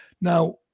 Now